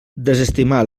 desestimar